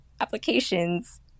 applications